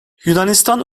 yunanistan